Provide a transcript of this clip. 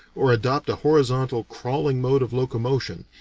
or adopt a horizontal, crawling mode of locomotion,